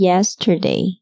Yesterday